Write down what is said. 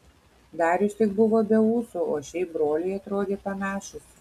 darius tik buvo be ūsų o šiaip broliai atrodė panašūs